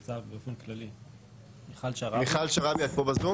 מיכל שרעבי את כאן?